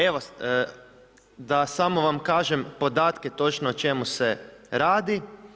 Evo, da samo vam kažem podatke točno o čemu se radi.